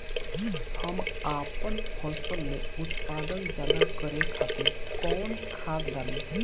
हम आपन फसल में उत्पादन ज्यदा करे खातिर कौन खाद डाली?